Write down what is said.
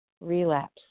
Relapse